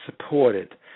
supported